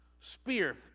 spear